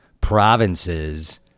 provinces